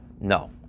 No